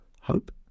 hope